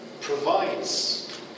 provides